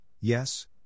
yes